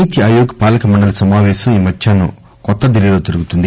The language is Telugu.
నీతి ఆయోగ్ పాలక మండలీ సమావేశం ఈ మధ్యాహ్నం న్యూ ఢిల్లీలో జరుగుతుంది